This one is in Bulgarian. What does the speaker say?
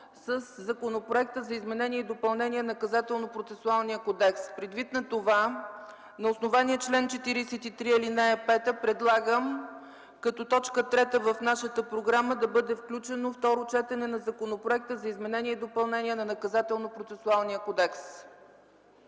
със Законопроекта за изменение и допълнение на Наказателно-процесуалния кодекс. Предвид на това, на основание чл. 43, ал. 5 предлагам като точка трета в нашата програма да бъде включено Второ четене на Законопроекта за изменение и допълнение на Наказателно-процесуалния кодекс.